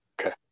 Okay